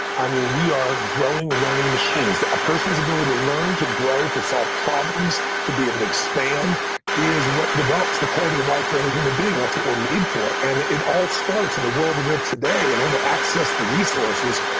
ah we are growing, learning machines a person's ability to learn, to grow, to solve problems, to be able to expand is what develops the quality of life for any human being. that's what we're made for, and it all starts in the world we live today in order to access the resources,